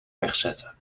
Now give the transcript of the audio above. rechtzetten